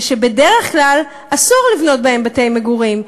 ובדרך כלל אסור לבנות בהם בתי-מגורים,